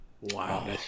Wow